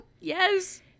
Yes